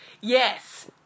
Yes